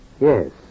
Yes